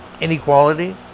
Inequality